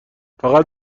فقط